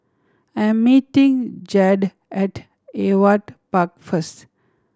I am meeting Jaeda at Ewart Park first